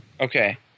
Okay